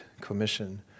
Commission